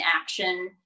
action